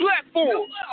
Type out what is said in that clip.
platforms